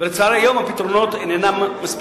ולצערי היום הפתרונות אינם מספיקים.